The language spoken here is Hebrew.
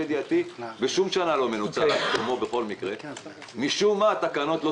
יש לנו אנשים בכל התחומים.